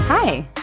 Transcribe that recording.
Hi